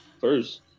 First